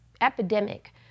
epidemic